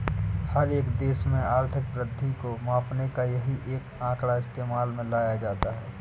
हर एक देश में आर्थिक वृद्धि को मापने का यही एक आंकड़ा इस्तेमाल में लाया जाता है